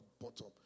bottom